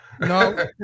No